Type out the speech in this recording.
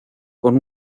con